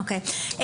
אוקי,